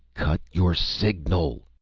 cut your signal!